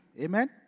Amen